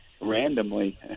randomly